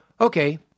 Okay